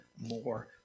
more